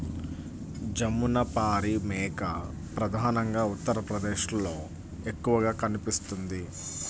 జమునపారి మేక ప్రధానంగా ఉత్తరప్రదేశ్లో ఎక్కువగా కనిపిస్తుంది